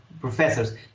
professors